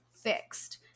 Fixed